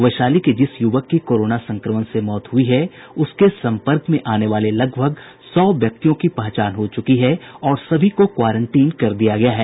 वैशाली के जिस युवक की कोरोना संक्रमण से मौत हुई है उसके सम्पर्क में आने वाले लगभग सौ व्यक्तियों की पहचान हो चुकी है और सभी को क्वारेंटीन कर दिया गया है